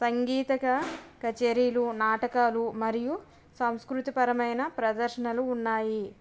సంగీతగా కచేరీలు నాటకాలు మరియు సంస్కృతి పరమైన ప్రదర్శనలు ఉన్నాయి